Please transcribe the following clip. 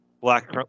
Black